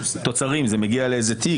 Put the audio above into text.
זה מגיע לאיזה תיק.